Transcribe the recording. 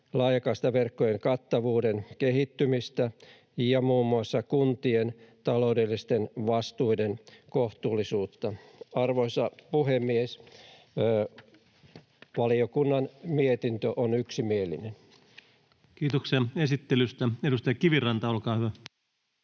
laajakaistaverkkojen kattavuuden kehittymistä ja muun muassa kuntien taloudellisten vastuiden kohtuullisuutta. Arvoisa puhemies! Valiokunnan mietintö on yksimielinen. [Speech 174] Speaker: Ensimmäinen varapuhemies